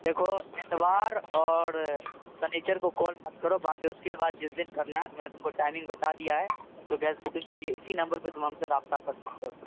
دیکھو اتوار اور شنیچر کو کال مت کرو باکی اس کے بعد جس دن کرنا ہے تو میں نے تم کو ٹائمنگ بتا دیا ہے تو گیس بکنگ کے لیے اسی نمبر پہ تم ہم سے رابطہ کر سکتے ہو